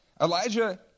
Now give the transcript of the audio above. Elijah